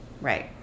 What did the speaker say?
Right